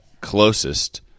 closest